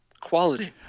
Quality